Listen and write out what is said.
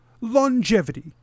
longevity